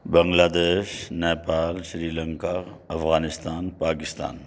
بنگلہ دیش نیپال سری لنکا افغانستان پاکستان